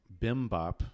bimbop